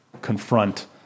confront